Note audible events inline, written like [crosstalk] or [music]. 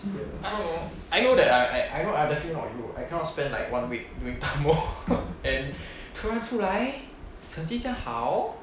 [noise] now hor I know that I'm at I wrote other field from you I cannot spend like one week without lor then 突然出来成绩这样好